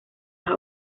las